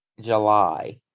July